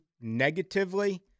negatively